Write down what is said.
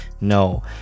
no